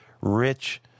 rich